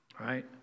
right